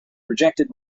rejected